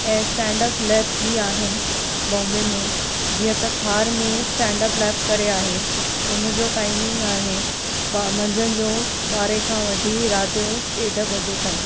ऐं stand up labs बि आहिनि बॉम्बे में जीअं त ख़ार में स्टेंड अप करे आहे हुन जो टाइमिंग आहे ॿ मंझंदि जो ॿारहें खां वठी राति जो ॾेढु वजे ताईं